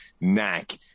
knack